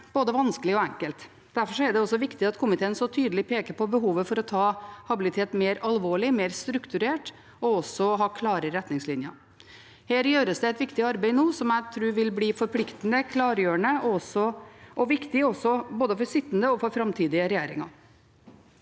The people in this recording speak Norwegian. både vanskelig og enkelt. Derfor er det også viktig at komiteen så tydelig peker på behovet for å ta habilitet mer alvorlig, mer strukturert, og også å ha klare retningslinjer. Her gjøres det et viktig arbeid nå som jeg tror vil bli forpliktende, klargjørende og viktig for både sittende og framtidige regjeringer.